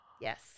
Yes